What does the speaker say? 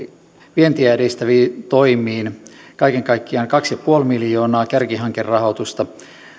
vientiä edistäviin toimiin kaiken kaikkiaan kaksi pilkku viisi miljoonaa kärkihankerahoitusta